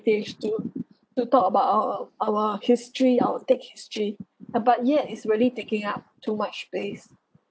to to talk about our our history our thick history ah but yet is really taking up too much space